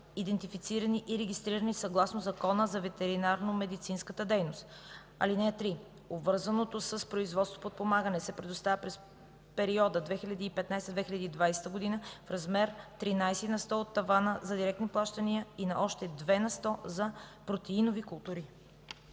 идентифицирани и регистрирани съгласно Закона за ветеринарномедицинската дейност. (3) Обвързаното с производството подпомагане се предоставя през периода 2015-2020 г. в размер 13 на сто от тавана за директни плащания и на още 2 на сто за протеинови култури.”